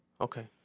okay